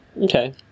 Okay